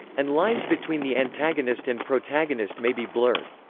and lines between the antagonist and protagonist may be blurred.